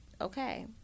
okay